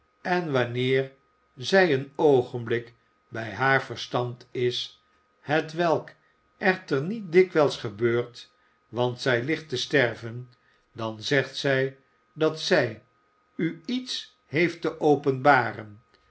en wanneer zij een oogenblik bij haar verstand is hetwelk echter niet dikwijls gebeurt want zij ligt te sterven dan zegt zij dat zij u iets heeft te openbaren